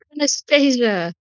Anastasia